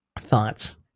Thoughts